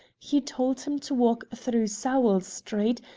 he told him to walk through sowell street,